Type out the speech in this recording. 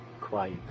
quiet